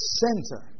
center